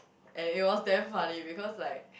and it was damn funny because like